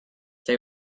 they